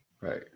right